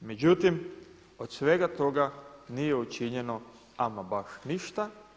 Međutim, od svega toga nije učinjeno ama baš ništa.